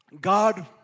God